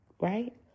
right